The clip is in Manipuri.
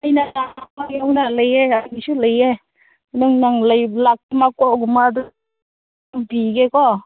ꯑꯩꯅ ꯂꯩꯌꯦ ꯂꯩꯁꯨ ꯂꯩꯌꯦ ꯄꯤꯒꯦꯀꯣ